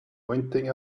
pointing